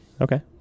Okay